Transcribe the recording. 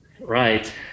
Right